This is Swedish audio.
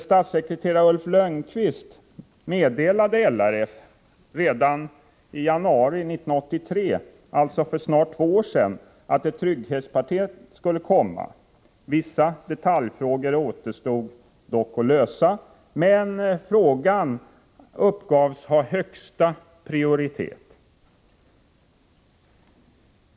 Statssekreterare Ulf Lönnqvist meddelade LRF redan i januari 1983, dvs. för snart två år sedan, att ett trygghetspaket skulle komma. Vissa detaljfrågor återstod dock att lösa, men ärendet uppgavs ha högsta prioritet.